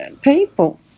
people